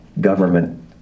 government